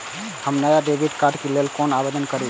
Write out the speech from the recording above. हम नया debit card के लल कौना आवेदन करि?